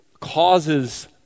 causes